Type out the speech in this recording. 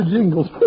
Jingles